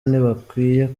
ntibakwiye